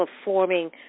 performing